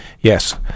Yes